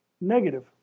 negative